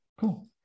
Cool